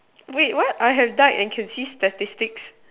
wait what I have died and conceived statistics